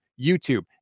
YouTube